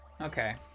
Okay